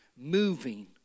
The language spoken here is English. moving